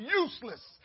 useless